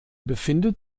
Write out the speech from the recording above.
befindet